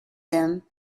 them